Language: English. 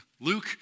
Luke